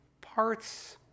parts